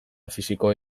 fisikoa